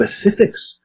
specifics